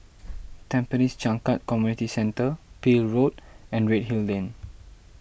Tampines Changkat Community Centre Peel Road and Redhill Lane